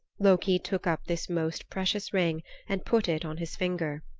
loki took up this most precious ring and put it on his finger.